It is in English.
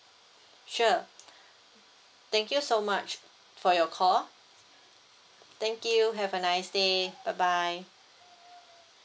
sure thank you so much for your call thank you have a nice day bye bye